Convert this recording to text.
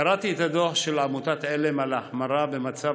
קראתי את הדוח של עמותת עלם על החמרה במצב